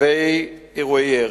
לגבי אירועי ירי,